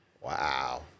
Wow